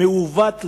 מעוות,